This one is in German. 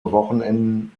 wochenenden